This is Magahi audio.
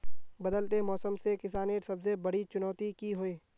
बदलते मौसम से किसानेर सबसे बड़ी चुनौती की होय?